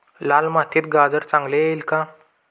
लाल मातीत गाजर चांगले येईल का?